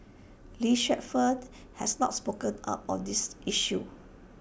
lee Suet Fern has not spoken up on this issue